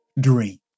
dream